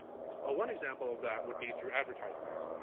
ah one example of that would be through advertisements.